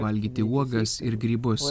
valgyti uogas ir grybus